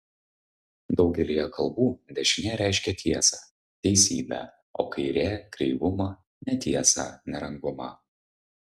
daugelyje kalbų dešinė reiškia tiesą teisybę o kairė kreivumą netiesą nerangumą